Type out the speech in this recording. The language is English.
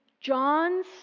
John's